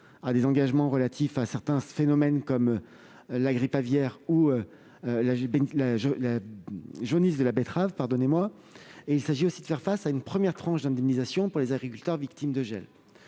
aux engagements relatifs à certains phénomènes comme la grippe aviaire ou la jaunisse de la betterave, mais aussi à une première tranche d'indemnisation pour les agriculteurs victimes du gel.